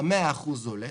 ה-100% עולה,